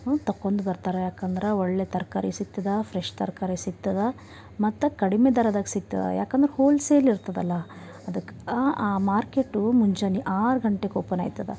ತೊಕೊಂಡ್ ಬರ್ತಾರೆ ಯಾಕಂದ್ರೆ ಒಳ್ಳೆ ತರಕಾರಿ ಸಿಕ್ತದೆ ಫ್ರೆಶ್ ತರಕಾರಿ ಸಿಕ್ತದೆ ಮತ್ತು ಕಡಿಮೆ ದರದಾಗ ಸಿಕ್ತದೆ ಯಾಕಂದ್ರೆ ಹೋಲ್ಸೇಲ್ ಇರ್ತದಲ್ಲ ಅದಕ್ಕೆ ಆ ಮಾರ್ಕೆಟು ಮುಂಜಾನೆ ಆರು ಗಂಟೆಗೆ ಓಪನ್ನಾಯ್ತದ